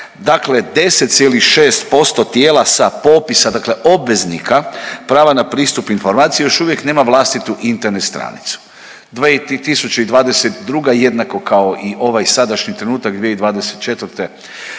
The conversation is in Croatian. dakle 10,6% tijela sa popisa dakle obveznika prava na pristup informaciji još uvijek nema vlastitu Internet stranicu. 2022. jednako kao i ovaj sadašnji trenutak 2024.